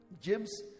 james